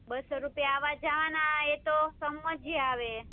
બસ્સો રૂપિયા આવા જવાના એ તો સમજ્યા હવે